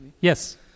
Yes